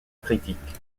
critique